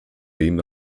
beam